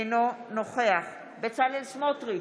אינו נוכח בצלאל סמוטריץ'